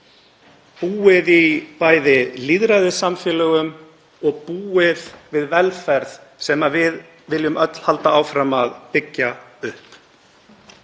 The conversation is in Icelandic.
búið í lýðræðissamfélögum og búið við velferð sem við viljum öll halda áfram að byggja upp.